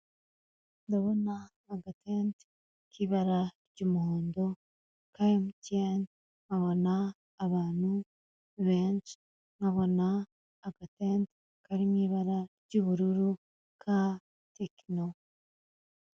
Ndabona agatente kibara ry'umuhondo ka MTN nkabona abantu benshi nkabona aga tente kari mwibara ry'ubururu ka tekino.